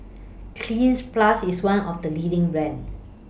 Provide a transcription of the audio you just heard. Cleanz Plus IS one of The leading brands